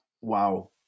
wow